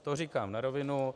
To říkám na rovinu.